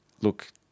look